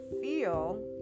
feel